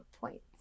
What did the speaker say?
points